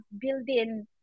building